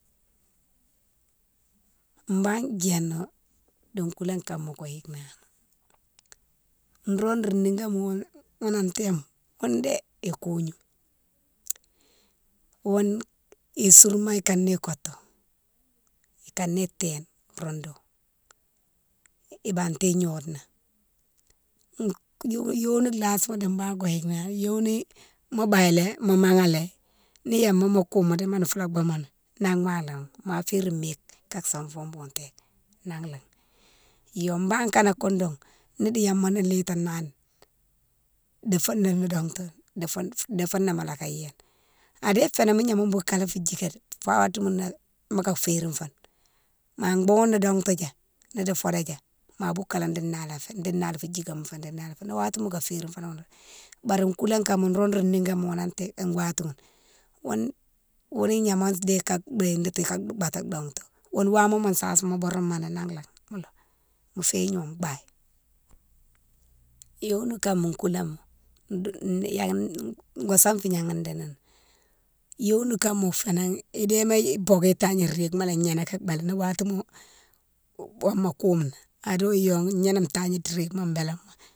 Banne diéna di koulan kama wo yike nani, nro ro nigoma wounne ghounnan tempo ghounne, ghounne dé ikognou, ghounne isourma ikané kotou, ikané téne roudoun, ibamti gnode na, yoni lasima di banne go yike nani, yoni mo baylé mo maghalé ni gnama mo kouma adimone foula boumoni, nangmalé, ma férine mike ka sanfo boumtéke nang léghi. Yo banne kanak goudoung nadi gnama nou litalani di founé no dongtou, di founé mola ka yéne, adé fénan mo gnama boukalé fou djiké fo watiminé mo ka férine foni, ma boughoune no dongtou dja nodi fododia ma boukalé di nala fé, di nala fou djikama fé di nala fé, ni watima moka férine foni, bari koulé kama nro ro nigoma ghounna watimo, ghounne, ghounne gnama déye ka békati, ka baté dongtou, ghounne wama mo sasima bouroumoni nan né mo loh, mo féye gnome baye. Yonikama koulama go sanfi gnama dinine, yonikama fénan idéma ibouke tagna rike malé gnané ka bélék ni watima woma kouni ado yo gnaname tagne rike ma bélamo.